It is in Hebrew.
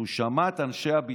שהוא שמע את אנשי הביטחון,